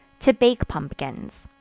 to bake pumpkins.